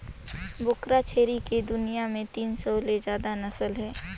बोकरा छेरी के दुनियां में तीन सौ ले जादा नसल हे